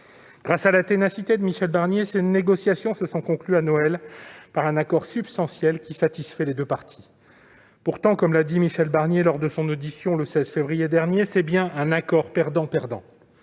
Grâce à la ténacité de Michel Barnier, ces négociations se sont conclues à Noël par un accord substantiel qui satisfait les deux parties. Pourtant, comme l'a indiqué Michel Barnier lors de son audition, le 16 février dernier, c'est bien un accord « perdant-perdant